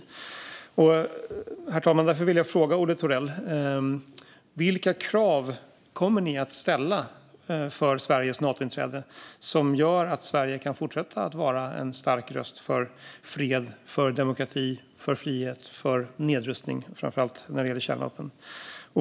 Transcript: Därför, herr talman, vill jag fråga Olle Thorell vilka krav ni kommer att ställa för Sveriges Natointräde som gör att Sverige kan fortsätta att vara en stark röst för fred, demokrati, frihet och nedrustning framför allt när det gäller kärnvapen.